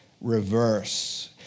reverse